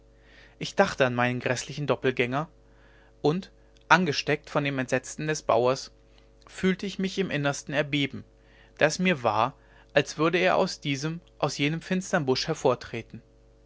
ich dachte an meinen gräßlichen doppeltgänger und angesteckt von dem entsetzen des bauers fühlte ich mich im innersten erbeben da es mir war als würde er aus diesem aus jenem finstern